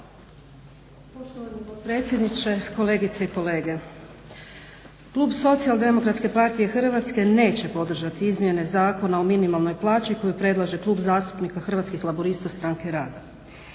Poštovani potpredsjedniče, kolegice i kolege. Klub SDP-a Hrvatske neće podržati izmjene Zakona o minimalnoj plaći koji predlaže Klub zastupnika Hrvatskih laburista-Stranke rada.